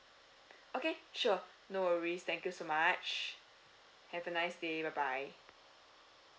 okay sure no worries thank you so much have a nice day bye bye